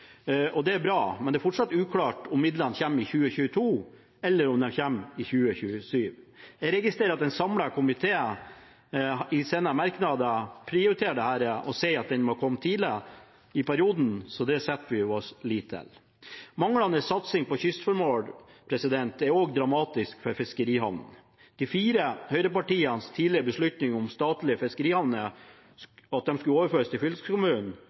er bra, men det er fortsatt uklart om midlene kommer i 2022, eller om de kommer i 2027. Jeg registrerer at en samlet komité i sine merknader prioriterer dette og sier at det må komme tidligere i perioden, så det setter vi vår lit til. Manglende satsing på kystformål er også dramatisk for fiskerihavnene. De fire høyrepartienes tidligere beslutning om statlige fiskerihavner – at de skulle overføres til